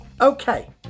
Okay